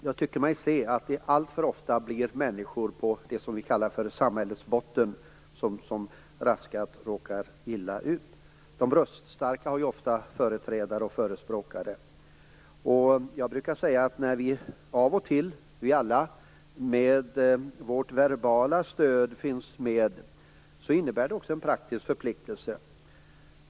Jag tycker mig se att det alltför ofta är människor på det som vi kallar för samhällets botten som raskast råkar illa ut. De röststarka har företrädare och förespråkare. När vi alla av och till ger vårt verbala stöd innebär det också en praktisk förpliktelse.